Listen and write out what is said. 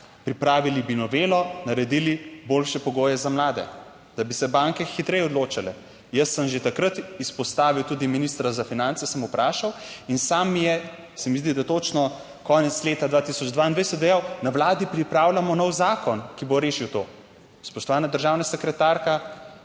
pripravili bi novelo, naredili boljše pogoje za mlade, da bi se banke hitreje odločale. Jaz sem že takrat izpostavil, tudi ministra za finance sem vprašal in sam je, se mi zdi, da točno konec leta 2022 dejal, na Vladi pripravljamo nov zakon, ki bo rešil to. Spoštovana državna sekretarka,